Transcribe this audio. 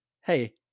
Hey